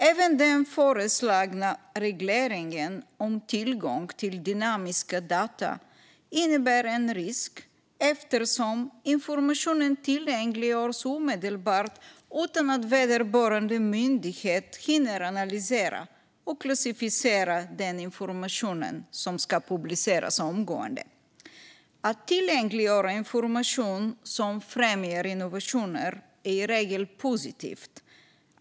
Även den föreslagna regleringen om tillgång till dynamiska data innebär en risk eftersom informationen tillgängliggörs omedelbart utan att vederbörande myndighet hinner analysera och klassificera den information som ska publiceras omgående. Att tillgängliggöra information som främjar innovationer är i regel positivt.